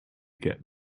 get